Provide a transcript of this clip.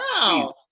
Wow